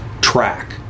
track